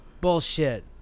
bullshit